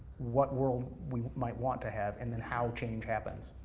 what world we might want to have, and then how change happens.